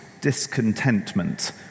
discontentment